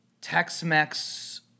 Tex-Mex